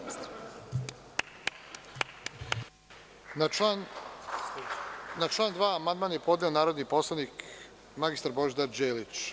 Na član 2. amandman je podneo narodni poslanik Božidar Đelić.